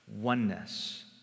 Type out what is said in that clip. oneness